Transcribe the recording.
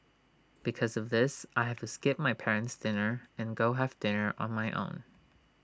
because of this I have to skip my parent's dinner and go have dinner on my own